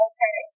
Okay